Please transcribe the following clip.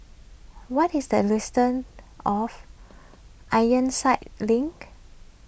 what is the distance of Ironside Link